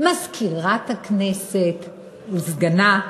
מזכירת הכנסת וסגנה,